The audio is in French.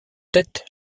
tête